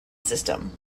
system